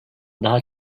daha